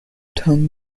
tongue